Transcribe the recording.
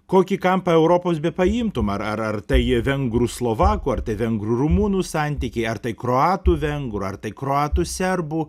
kokį kampą europos bepaimtum ar ar ar tai vengrų slovakų ar tai vengrų rumunų santykiai ar tai kroatų vengrų ar tai kroatų serbų